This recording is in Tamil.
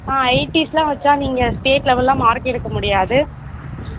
எயிட்டிஸ்லாம் வச்சால் நீங்கள் ஸ்டேட் லெவெலில் மார்க் எடுக்க முடியாது